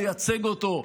לייצג אותו,